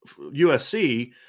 USC